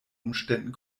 umständen